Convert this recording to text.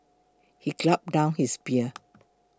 he gulped down his beer